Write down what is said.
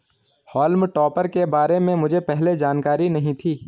हॉल्म topper के बारे में मुझे पहले जानकारी नहीं थी